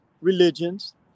religions